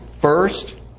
First